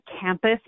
campus